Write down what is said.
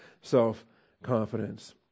self-confidence